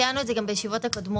ציינו את זה גם בישיבות הקודמות.